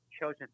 Chosen